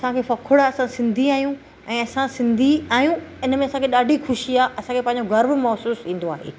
असांखे फ़ख़ुरु आहे असां सिंधी आहियूं ऐं असां सिंधी आहियूं हिन में असांखे ॾाढी ख़ुशी आहे असांखे पंहिंजो गर्व महिसूसु थींदो आहे